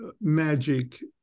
magic